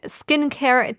skincare